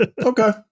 Okay